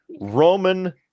Roman